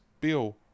bill